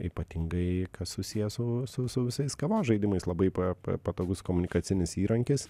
ypatingai kas susiję su su su visais kavos žaidimais labai pa patogus komunikacinis įrankis